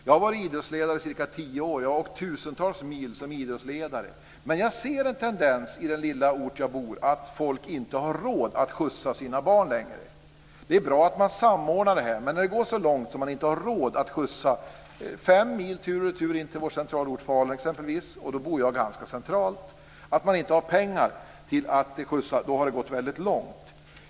Jag har varit idrottsledare i cirka tio år. Jag har åkt tusentals mil som idrottsledare. Men jag ser en tendens i den lilla ort där jag bor att folk inte har råd att skjutsa sina barn längre. Det är bra att man samordnar det. Men när det går så långt att man inte har råd att skjutsa fem mil tur och retur till vår centralort Falun exempelvis, och då bor jag ganska centralt, då har det gått väldigt långt.